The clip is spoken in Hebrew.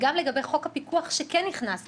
גם לגבי חוק הפיקוח שכן נכנס כבר.